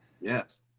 yes